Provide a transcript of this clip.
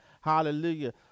hallelujah